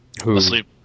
Asleep